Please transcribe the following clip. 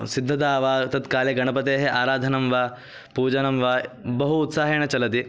सिद्धता वा तत्काले गणपतेः आराधनं वा पूजनं वा बहु उत्साहेन चलति